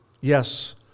yes